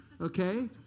Okay